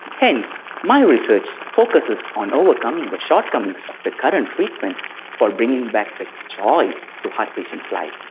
hence, my research focuses on overcoming the shortcomings of the current treatment for bringing back the joy to heart patients' life.